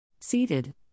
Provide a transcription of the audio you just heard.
Seated